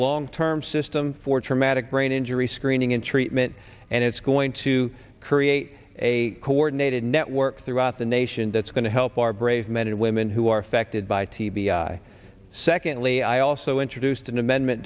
long term system for traumatic brain injury screening and treatment and it's going to create a coordinated network throughout the nation that's going to help our brave men and women who are affected by t b i secondly i also introduced an amendment